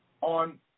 on